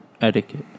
etiquette